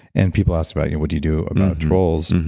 and people ask about, you know what do you do about trolls?